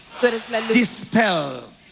Dispel